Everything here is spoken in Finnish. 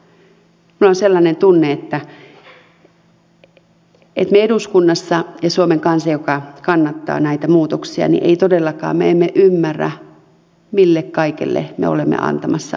minulla on sellainen tunne että me eduskunnassa emme todellakaan ymmärrä eikä suomen kansa joka kannattaa näitä muutoksia ymmärrä mille kaikelle me olemme antamassa alkuvauhtia